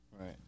Right